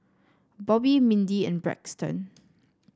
Bobbi Mindi and Braxton